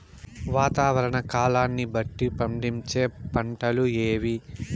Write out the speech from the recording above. వాతావరణ కాలాన్ని బట్టి పండించే పంటలు ఏవి?